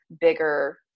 bigger